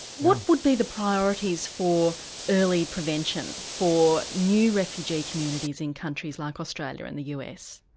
what would be the priorities for early prevention, for new refugee communities in countries like australia and the us?